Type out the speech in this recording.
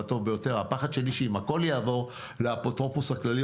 הפחד שלי שאם הכול יעבור לאפוטרופוס הכללי,